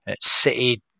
City